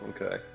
Okay